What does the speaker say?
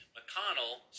McConnell